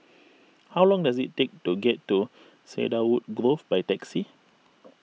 how long does it take to get to Cedarwood Grove by taxi